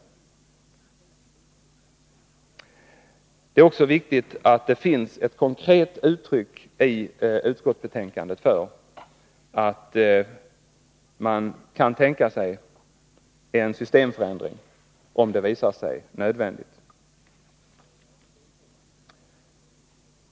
Det är också viktigt att det finns ett konkret uttryck i utskottsbetänkandet för att man kan tänka sig en systemförändring, om det visar sig nödvändigt med en sådan.